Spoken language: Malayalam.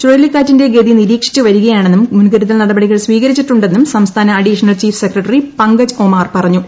ചുഴലിക്കാറ്റിന്റെ ഗതി നിരീക്ഷിച്ച് വരികയാണെന്നും മുൻകരുതൽ നടപടികൾ സ്വീകരിച്ചിട്ടുണ്ടെന്നും സംസ്ഥാന അഡീഷണൽ ചീഫ് സെക്രട്ടറി പങ്കിട്ട് ഒമാർ പറഞ്ഞു